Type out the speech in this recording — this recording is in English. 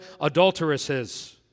adulteresses